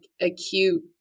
acute